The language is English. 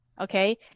okay